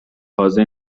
تازه